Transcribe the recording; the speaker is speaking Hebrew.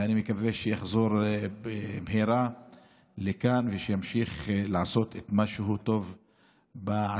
ואני מקווה שיחזור במהרה לכאן וימשיך לעשות את מה שהוא טוב בו,